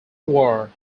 war